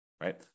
right